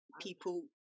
people